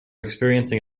experiencing